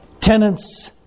tenants